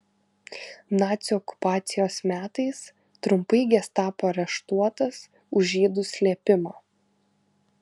nacių okupacijos metais trumpai gestapo areštuotas už žydų slėpimą